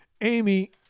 Amy